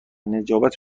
نجابت